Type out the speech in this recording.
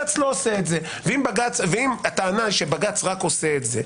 ואם הטענה שבג"ץ רק עושה זאת,